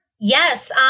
Yes